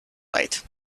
late